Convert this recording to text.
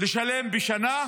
לשלם בשנה,